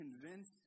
convince